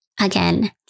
again